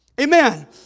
Amen